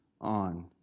on